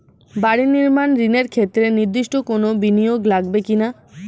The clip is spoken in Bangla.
বাড়ি নির্মাণ ঋণের ক্ষেত্রে নির্দিষ্ট কোনো বিনিয়োগ লাগবে কি না?